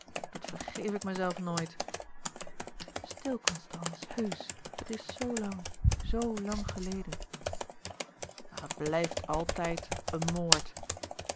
dat vergeef ik mijzelf nooit stil constance heusch het is zoo lang zoo lang geleden maar het blijft altijd een moord